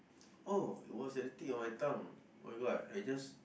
oh it was at the tip of my tongue oh-my-god I just